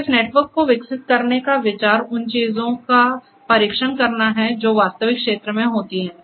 तो इस नेटवर्क को विकसित करने का विचार उन चीजों का परीक्षण करना है जो वास्तविक क्षेत्र में होती हैं